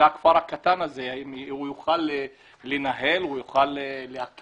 הכפר הקטן הזה יוכל לנהל או להקים.